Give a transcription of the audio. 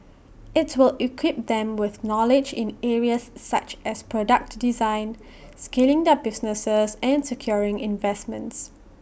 IT will equip them with knowledge in areas such as product design scaling their businesses and securing investments